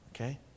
Okay